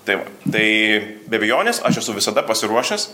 tai va tai be abejonės aš esu visada pasiruošęs